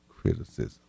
criticism